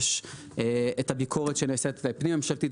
יש את הביקורת הפנים ממשלתית שנעשית,